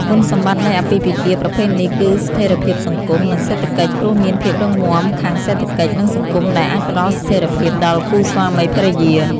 គុណសម្បត្តិនៃអាពាហ៍ពិពាហ៍ប្រភេទនេះ គឺស្ថិរភាពសង្គម និងសេដ្ឋកិច្ចព្រោះមានភាពរឹងមាំខាងសេដ្ឋកិច្ច និងសង្គមដែលអាចផ្តល់ស្ថិរភាពដល់គូស្វាមីភរិយា។